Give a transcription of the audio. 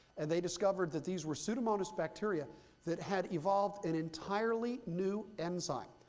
and they discovered that these were pseudomonas bacteria that had evolved an entirely new enzyme,